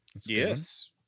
Yes